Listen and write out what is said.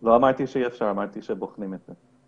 לא אמרתי שאי אפשר, אמרתי שבוחנים את זה.